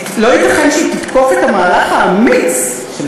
"לא ייתכן" שהיא "תתקוף את המהלך האמיץ של